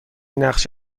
نقش